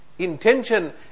Intention